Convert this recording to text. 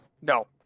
no